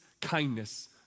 kindness